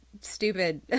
stupid